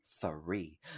three